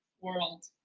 world